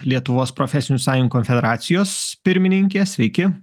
lietuvos profesinių sąjungų konfederacijos pirmininkės sveiki